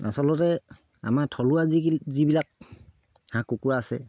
আচলতে আমাৰ থলুৱা যি যিবিলাক হাঁহ কুকুৰা আছে